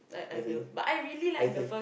I think I think